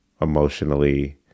emotionally